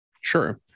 sure